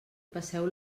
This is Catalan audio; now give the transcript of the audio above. passeu